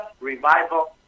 Revival